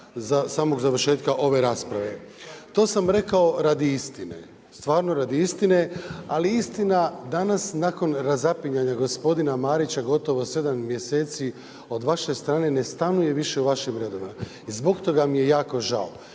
do samog završetka ove rasprave. To sam rekao radi istine, stvarno radi istine. Ali istina danas nakon razapinjanja gospodina Marića gotovo 7 mjeseci od vaše strane ne stanuje više u vašim redovima i zbog toga mi je jako žao.